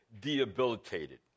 debilitated